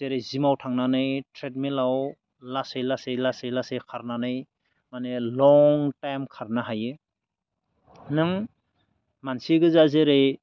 जेरै जिमाव थांनानै ट्रेडमिलाव लासै लासै लासै लासै खारनानै माने लं टाइम खारनो हायो नों मानसिगोजा जेरै